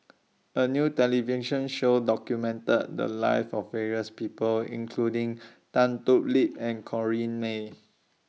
A New television Show documented The Lives of various People including Tan Thoon Lip and Corrinne May